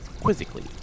quizzically